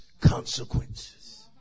consequences